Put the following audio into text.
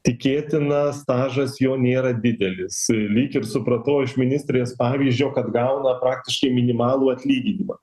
tikėtina stažas jo nėra didelis lyg ir supratau iš ministrės pavyzdžio kad gauna praktiškai minimalų atlyginimą